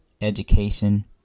education